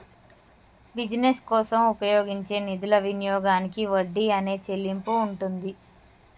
business కోసం ఉపయోగించే నిధుల వినియోగానికి వడ్డీ అనే చెల్లింపు ఉంటుంది